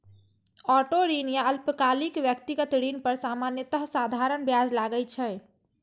auto ऋण या अल्पकालिक व्यक्तिगत ऋण पर सामान्यतः साधारण ब्याज लागै छै